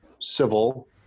civil